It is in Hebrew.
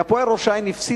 "הפועל ראש-העין" הפסידה,